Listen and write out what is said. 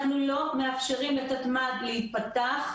אנחנו לא מאפשרים לתתמ"ד להיפתח,